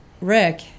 Rick